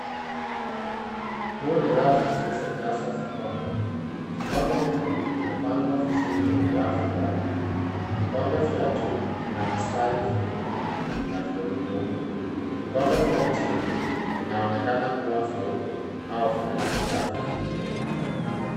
Huu ni rafu zilizojazwa vikombe. Vikombe hivyo vimepangwa vizuri kwenye rafu tatu. Vikombe vya juu vina mistari vyekundu na nyeupe. Vikombe vya chini, vinaonekana kuwa vyeupe au vya rangi hafifu.